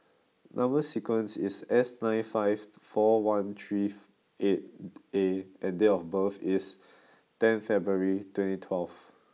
number sequence is S nine two five four one three eight A and date of birth is ten February twenty twelve